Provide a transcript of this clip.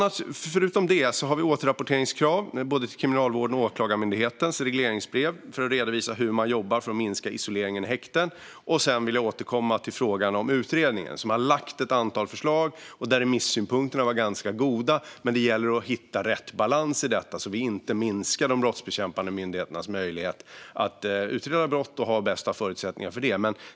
Förutom detta har vi ett återrapporteringskrav i regleringsbreven för både Kriminalvården och Åklagarmyndigheten som innebär att de ska redovisa hur de jobbar för att minska isoleringen i häkten. Jag vill även återkomma till frågan om den utredning som har lagt fram ett antal förslag. Remissynpunkterna var ganska goda. Men det gäller att hitta rätt balans för detta så att vi inte minskar de brottsbekämpande myndigheternas möjlighet att utreda brott och göra det med de bästa förutsättningarna.